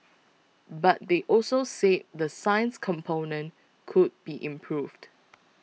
but they also said the science component could be improved